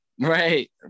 Right